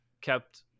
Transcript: kept